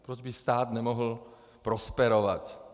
Proč by stát nemohl prosperovat?